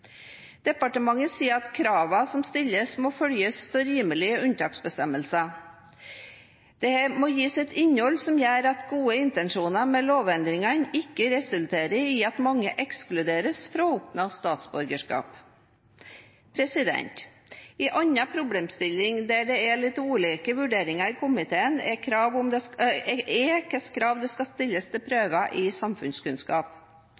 Departementet sier at kravene som stilles, må følges av rimelige unntaksbestemmelser. Dette må gis et innhold som gjør at gode intensjoner med lovendringene ikke resulterer i at mange ekskluderes fra å oppnå statsborgerskap. En annen problemstilling der det er litt ulike vurderinger i komiteen, er hvilke krav som skal stilles til prøven i samfunnskunnskap.